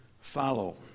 follow